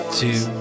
two